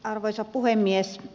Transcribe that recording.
arvoisa puhemies